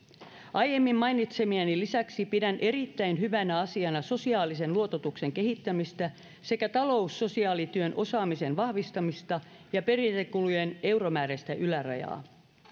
aiemmin mainitsemieni lisäksi pidän erittäin hyvänä asiana sosiaalisen luototuksen kehittämistä sekä taloussosiaalityön osaamisen vahvistamista ja perintäkulujen euromääräistä ylärajaa